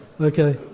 Okay